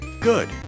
Good